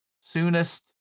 soonest